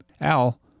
Al